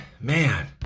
man